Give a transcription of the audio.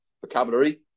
vocabulary